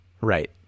Right